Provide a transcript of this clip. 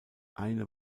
eine